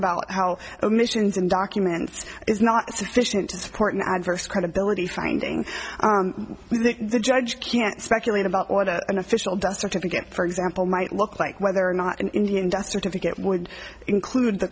about how emissions and documents is not sufficient to support an adverse credibility finding the judge can't speculate about what a an official death certificate for example might look like whether or not an indian death certificate would include the